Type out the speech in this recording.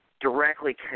directly